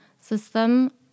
system